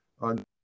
on